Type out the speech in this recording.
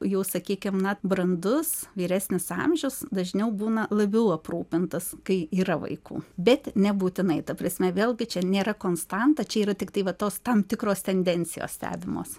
jau sakykim na brandus vyresnis amžius dažniau būna labiau aprūpintas kai yra vaikų bet nebūtinai ta prasme vėlgi čia nėra konstanta čia yra tiktai va tos tam tikros tendencijos stebimos